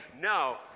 No